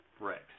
Rex